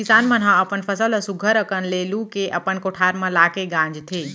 किसान मन ह अपन फसल ल सुग्घर अकन ले लू के अपन कोठार म लाके गांजथें